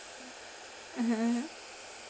mmhmm mmhmm